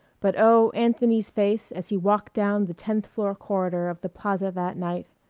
but oh, anthony's face as he walked down the tenth-floor corridor of the plaza that night!